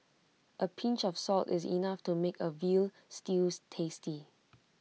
A pinch of salt is enough to make A Veal Stews tasty